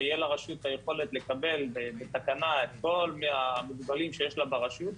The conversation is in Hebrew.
ותהיה לרשות היכולת לקבל בתקנה את כל המוגבלים שיש לה ברשות,